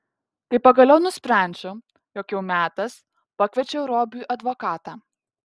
kai pagaliau nusprendžiau jog jau metas pakviečiau robiui advokatą